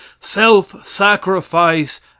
self-sacrifice